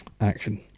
Action